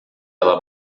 ela